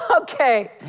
okay